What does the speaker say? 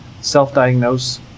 self-diagnose